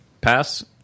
Pass